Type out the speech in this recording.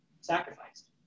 sacrificed